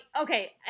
okay